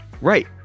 Right